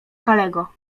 kalego